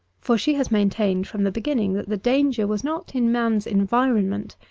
for she has maintained from the beginning that the danger was not in man's environ ment,